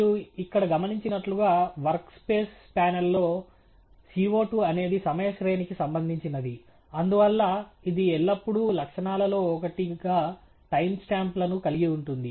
మీరు ఇక్కడ గమనించిట్లుగా వర్క్స్పేస్ ప్యానెల్లో CO2 అనేది సమయ శ్రేణి కి సంబంధించినది అందువల్ల ఇది ఎల్లప్పుడూ లక్షణాలలో ఒకటిగా టైమ్స్టాంప్ లను కలిగి ఉంటుంది